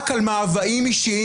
מבוססת רק על מאוויים אישיים,